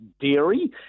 dairy